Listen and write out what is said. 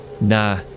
Nah